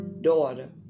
daughter